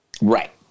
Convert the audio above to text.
Right